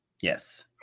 Yes